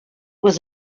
was